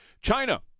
China